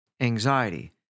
anxiety